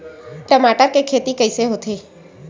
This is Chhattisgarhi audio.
टमाटर के खेती कइसे होथे?